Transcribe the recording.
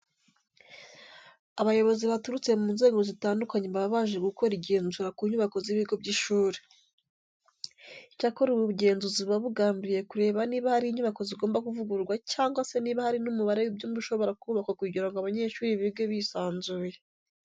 Abayobozi baturutse mu nzego zitandukanye baba baje gukora igenzura ku nyubako z'ibigo by'ishuri. Icyakora ubu bugenzuzi buba bugambiriye kureba niba hari inyubako zigomba kuvugururwa cyangwa se niba hari n'umubare w'ibyumba ushobora kubakwa kugira ngo abanyeshuri bige bisanzuye.